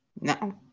no